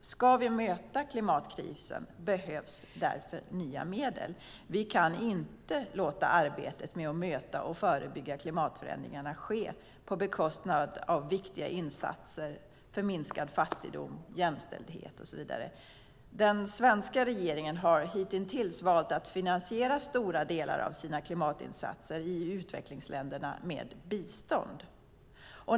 Ska vi möta klimatkrisen behövs därför nya medel. Vi kan inte låta arbetet med att möta och förebygga klimatförändringarna ske på bekostnad av viktiga insatser för minskad fattigdom, jämställdhet och så vidare. Den svenska regeringen har hitintills valt att finansiera stora delar av sina klimatinsatser i utvecklingsländerna med bistånd.